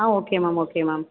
ah okay ma'am okay ma'am